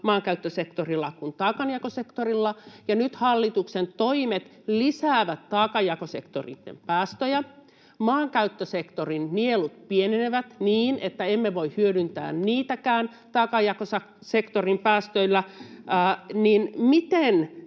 maankäyttösektorilla kuin taakanjakosektorilla ja nyt hallituksen toimet lisäävät taakanjakosektorin päästöjä ja maankäyttösektorin nielut pienenevät niin, että emme voi hyödyntää niitäkään taakanjakosektorin päästöillä, niin